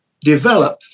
develop